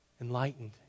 enlightened